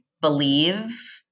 believe